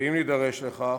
אם נידרש לכך,